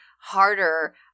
harder